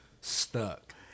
stuck